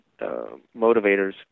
motivators